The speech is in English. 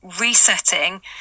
resetting